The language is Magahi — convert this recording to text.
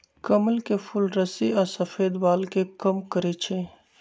कमल के फूल रुस्सी आ सफेद बाल के कम करई छई